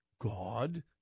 God